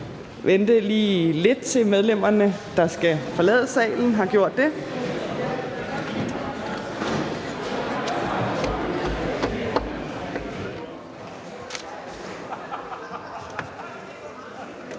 vente lidt, til medlemmer, der skal forlade salen, har gjort det.